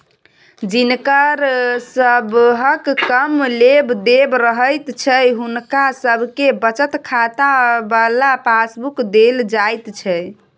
जिनकर सबहक कम लेब देब रहैत छै हुनका सबके बचत खाता बला पासबुक देल जाइत छै